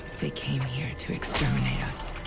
they came here to exterminate us.